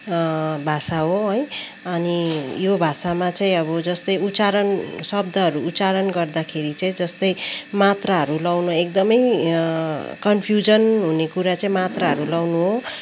भाषा हो है अनि यो भाषामा चाहिँ अब जस्तै उच्चारण शब्दहरू उच्चारण गर्दाखेरि चाहिँ जस्तै मात्राहरू लाउनु एकदमै कन्फ्युजन हुने कुरा चाहिँ मात्राहरू लाउनु हो